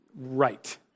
Right